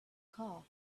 car